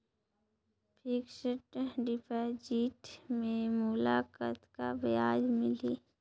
Fixed deposit मे मोला कतका ब्याज मिलही?